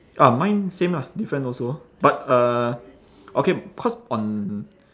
ah mine same lah different also but uh okay cause on